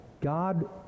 God